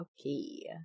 Okay